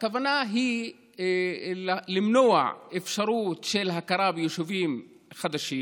הכוונה היא למנוע אפשרות של הכרה ביישובים חדשים